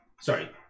Sorry